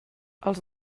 els